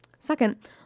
Second